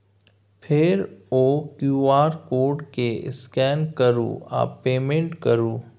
फेर ओ QR code केँ स्कैन करु आ पेमेंट करु